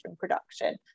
production